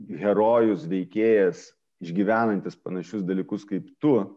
herojus veikėjas išgyvenantis panašius dalykus kaip tu